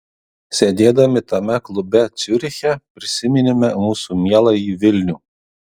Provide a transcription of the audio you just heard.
sėdėdami tame klube ciuriche prisiminėme mūsų mieląjį vilnių